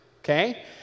okay